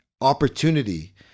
opportunity